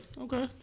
Okay